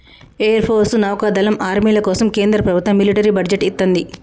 air force, నౌకాదళం, ఆర్మీల కోసం కేంద్ర ప్రభత్వం మిలిటరీ బడ్జెట్ ఇత్తంది